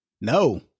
No